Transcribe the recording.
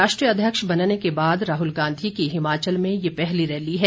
राष्ट्रीय अध्यक्ष बनने के बाद राहुल गांधी की हिमाचल में ये पहली रैली है